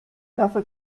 dafür